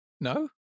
No